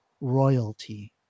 royalty